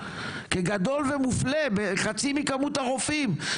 כגדול ומופלה בחצי מכמות הרופאים.